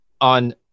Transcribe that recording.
on